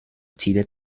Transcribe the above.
ziele